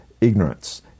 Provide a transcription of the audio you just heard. ignorance